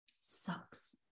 sucks